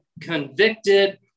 convicted